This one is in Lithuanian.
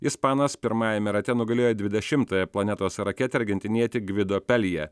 ispanas pirmajame rate nugalėjo dvidešimtąją planetos raketę argentinietį gvido pelija